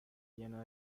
lleno